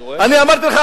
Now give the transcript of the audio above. אני רואה את זה.